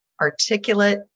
articulate